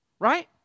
right